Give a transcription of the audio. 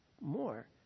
more